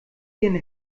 ihren